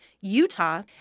Utah